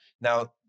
Now